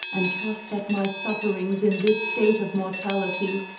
and trust that my sufferings in this state of mortality,